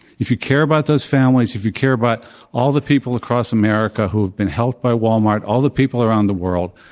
if you care about those families, if you care about all the people across america who have been helped by walmart, all the people around the world,